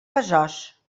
besòs